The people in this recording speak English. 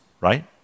right